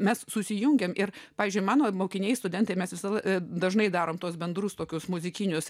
mes susijungiame ir pavyzdžiui mano mokiniai studentai mes visą laiką dažnai darome tuos bendrus tokius muzikinius